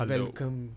Welcome